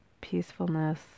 peacefulness